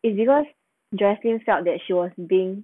is because joycelyn felt that she was being